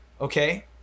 okay